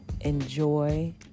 enjoy